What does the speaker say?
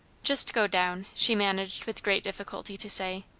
just go down, she managed with great difficulty to say.